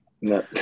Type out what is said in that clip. No